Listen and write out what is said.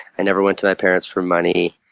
i never went to my parents for money.